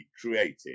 created